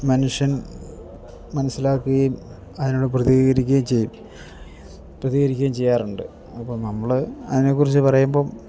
മനുഷ്യൻ മനസ്സിലാക്കുകയും അതിനോട് പ്രതികരിക്കുകയും ചെയ്യും പ്രതികരിക്കുകയും ചെയ്യാറുണ്ട് അപ്പം നമ്മൾ അതിനെക്കുറിച്ച് പറയുമ്പം